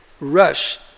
rush